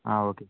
ஆ okay